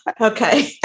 Okay